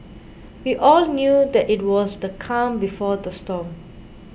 we all knew that it was the calm before the storm